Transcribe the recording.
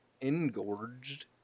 engorged